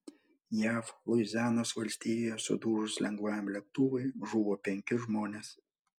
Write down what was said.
jav luizianos valstijoje sudužus lengvajam lėktuvui žuvo penki žmonės